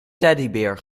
teddybeer